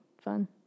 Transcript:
fun